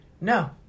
No